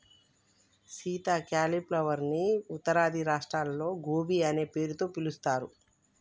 Sita cauliflower ని ఉత్తరాది రాష్ట్రాల్లో గోబీ అనే పేరుతో పిలుస్తారు